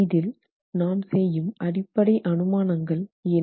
இதில் நாம் செய்யும் அடிப்படை அனுமானங்கள் என்ன